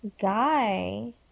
guy